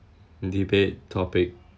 debate topic